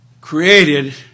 created